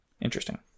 interesting